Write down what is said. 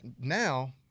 now